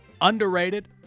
underrated